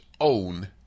own